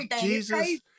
Jesus